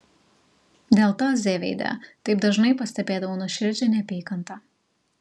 dėl to z veide taip dažnai pastebėdavau nuoširdžią neapykantą